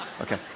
okay